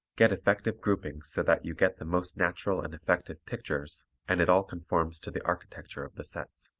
get effective groupings so that you get the most natural and effective pictures and it all conforms to the architecture of the sets.